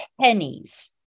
pennies